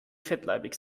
fettleibig